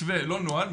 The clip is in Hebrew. מתווה, לא נוהל.